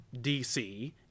DC